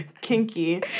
Kinky